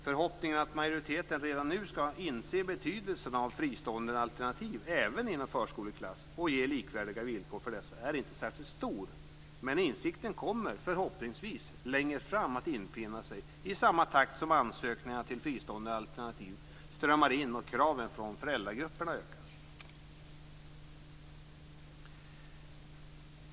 Förhoppningen att majoriteten redan nu skall inse betydelsen av fristående alternativ även inom förskoleklass och ge likvärdiga villkor för dessa är inte särskilt stor, men insikten kommer förhoppningsvis att infinna sig i samma takt som ansökningarna till fristående alternativ strömmar in och kraven från föräldragrupperna ökar.